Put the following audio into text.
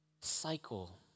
cycle